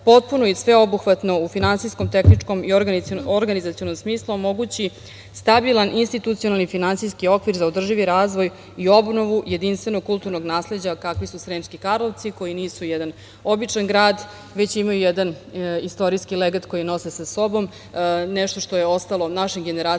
potpuno i sveobuhvatno u finansijskom, tehničkom i organizacionom smislu omogući stabilan institucionalni, finansijski okvir za održivi razvoj i obnovu jedinstvenog kulturnog nasleđa, kakvi su Sremski Karlovci, koji nisu jedan običan grad, već imaju jedan istorijski legat koji nose sa sobom, nešto što je ostalo našim generacijama